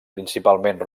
principalment